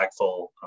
impactful